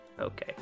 Okay